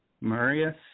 Marius